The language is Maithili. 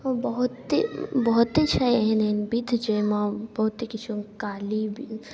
बहुते बहुते छै एहन एहन विध जाहिमे बहुते किछु काली